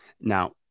Now